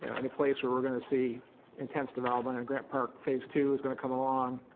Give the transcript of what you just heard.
in a place where we are going to see intense development and grant park phase two is going to come alongwhy